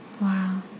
Wow